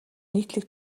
нийтлэг